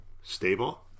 Stable